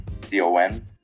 D-O-N